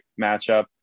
matchup